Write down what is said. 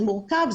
זה מורכב,